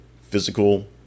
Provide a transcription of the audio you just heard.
physical